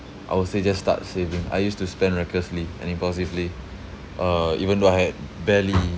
I would say just start saving I used to spend recklessly and impulsively uh even though I had barely